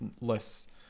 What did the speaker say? less